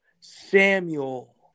Samuel